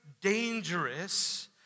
dangerous